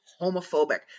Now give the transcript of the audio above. homophobic